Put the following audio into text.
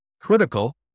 critical